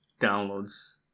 downloads